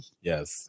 Yes